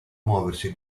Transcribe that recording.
muoversi